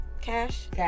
Cash